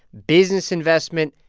business investment,